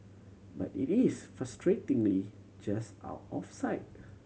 but it is frustratingly just out of sight